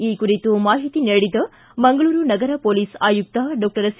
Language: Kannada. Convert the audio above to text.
ಈ ಕುರಿತು ಮಾಹಿತಿ ನೀಡಿದ ಮಂಗಳೂರು ನಗರ ಹೊಲೀಸ್ ಆಯುಕ್ತ ಡಾಕ್ಷರ್ ಸಿ